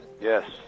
yes